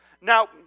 Now